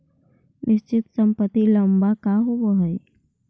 निश्चित संपत्ति लंबा समय ला होवऽ हइ